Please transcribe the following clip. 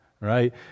right